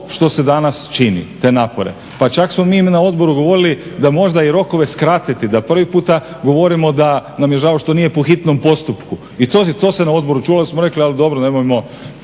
što se danas čini, te napore. Pa čak smo mi na odboru govorili da možda i rokove skratite, da prvi puta govorimo da nam je žao što nije po hitnom postupku i to se na odboru čulo, ali smo rekli, ali dobro, nemojmo